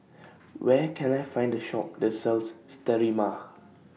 Where Can I Find The Shop that sells Sterimar